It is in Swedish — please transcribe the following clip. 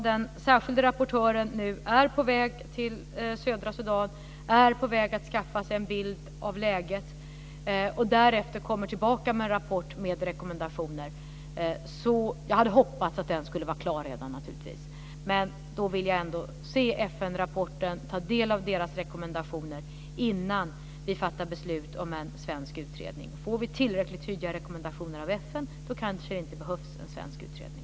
Den särskilda rapportören är nu på väg till södra Sudan för att skaffa sig en bild av läget och kommer därefter tillbaka med en rapport med rekommendationer. Jag hade hoppats att den skulle ha varit klar redan i dag. Jag vill ändå se FN-rapporten, ta del av deras rekommendationer innan vi fattar beslut om en svensk utredning. Får vi tillräckligt tydliga rekommendationer av FN kanske det inte behövs någon svensk utredning.